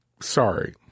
sorry